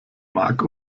mark